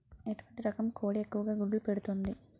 ఎటువంటి రకం కోడి ఎక్కువ గుడ్లు పెడుతోంది?